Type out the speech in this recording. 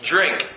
Drink